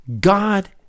God